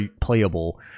playable